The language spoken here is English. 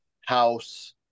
house